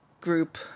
group